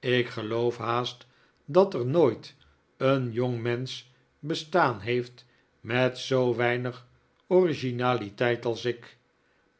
ik geloof haast dat er nooit een jongmensch bestaan heeft met zoo weinig originaliteit als ik